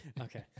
Okay